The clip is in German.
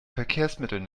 verkehrsmitteln